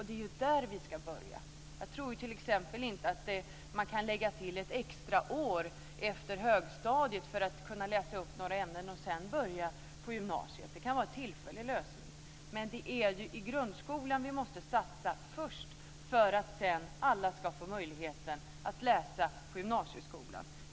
Det är där vi ska börja. Jag tror t.ex. inte att man kan lägga till ett extra år efter högstadiet för att kunna läsa upp några ämnen och sedan börja på gymnasiet. Det kan vara en tillfällig lösning. Det är i grundskolan vi måste satsa först för att alla ska få möjligheten att läsa på gymnasieskolan.